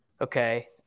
Okay